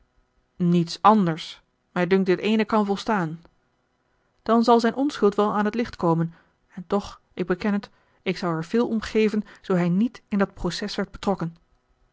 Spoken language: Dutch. niets anders mij dunkt dit ééne kan volstaan dan zal zijne onschuld wel aan het licht komen en toch ik beken het ik zou er veel om geven zoo hij niet in dat proces werd betrokken